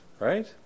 Right